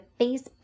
Facebook